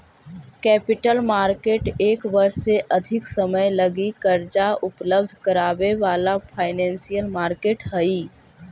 capital market एक वर्ष से अधिक समय लगी कर्जा उपलब्ध करावे वाला फाइनेंशियल मार्केट हई